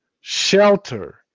shelter